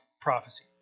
prophecy